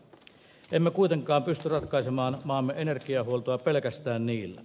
emme kuitenkaan pysy ratkaisemaan maamme energiahuoltoa pelkästään niillä